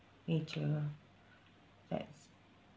nature lah that's